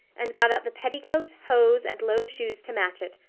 and got out the petticoat, hose, and low shoes to match it,